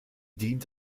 dient